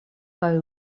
kaj